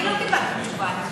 אני לא קיבלתי תשובה.